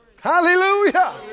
Hallelujah